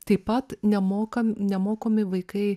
taip pat nemokam nemokomi vaikai